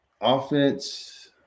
Offense